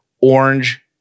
orange